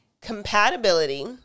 Compatibility